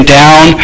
down